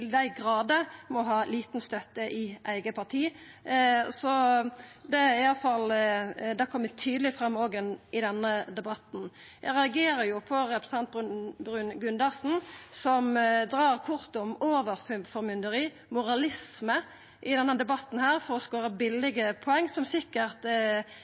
dei grader har lita støtte i eige parti. Det kjem òg tydeleg fram i denne debatten. Eg reagerer på representanten Bruun-Gundersen som dreg kortet om overformynderi og moralisme i denne debatten, for å skåra billege poeng. Det vert sikkert